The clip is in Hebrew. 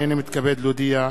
הנני מתכבד להודיע,